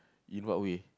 in what way